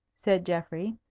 said geoffrey.